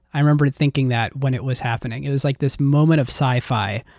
i remember thinking that when it was happening, it was like this moment of sci-fi.